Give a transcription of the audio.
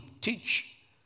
teach